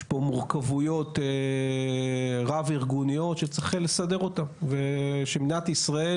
יש פה מורכבויות רב ארגוניות שצריך לסדר אותם ושמדינת ישראל